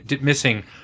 missing